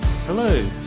Hello